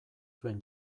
zuen